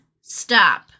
stop